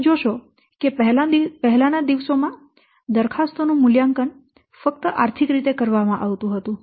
તમે જોશો કે પહેલાના દિવસોમાં દરખાસ્તો નું મૂલ્યાંકન ફક્ત આર્થિક રીતે કરવામાં આવતું હતું